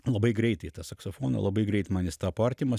labai greitai tą saksofoną labai greit man jis tapo artimas